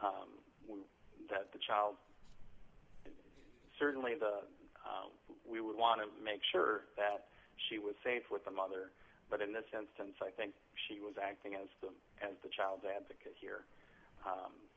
possible that the child certainly the we would want to make sure that she was safe with the mother but in this instance i think she was acting as them as the child advocate here